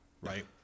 right